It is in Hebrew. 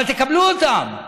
אבל תקבלו אותם.